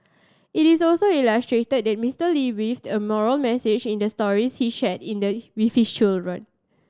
it is also illustrated Mister Lee weaved in moral message in the stories he shared with his children